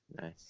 nice